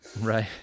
right